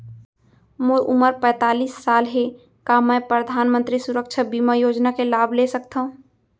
मोर उमर पैंतालीस साल हे का मैं परधानमंतरी सुरक्षा बीमा योजना के लाभ ले सकथव?